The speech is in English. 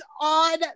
on